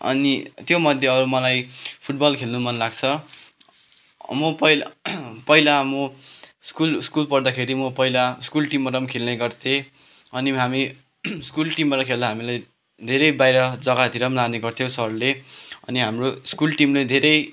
अनि त्योमध्ये अरू मलाई फुटबल खेल्नु मन लाग्छ म पहिला पहिला म स्कुल स्कुल पढ्दाखेरि म पहिला स्कुल टिमबाट पनि खेल्ने गर्थेँ अनि हामी स्कुल टिमबाट खेल्दा हामीलाई धेरै बाहिर जग्गातिर पनि लाने गर्थ्यो सरले हाम्रो स्कुल टिम नै धेरै